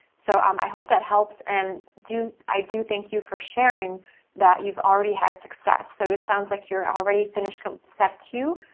so, um i hope that helps, and i do thank you for sharing that you've all ready had success. so, it sounds like you're all ready finished step two,